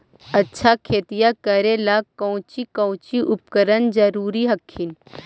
अच्छा खेतिया करे ला कौची कौची उपकरण जरूरी हखिन?